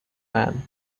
man